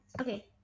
Okay